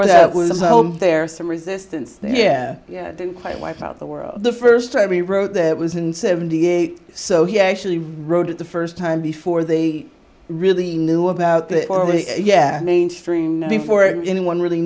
wrote that was there some resistance there quite wipe out the world the first time he wrote that was in seventy eight so he actually wrote it the first time before they really knew about that already yeah mainstream before anyone really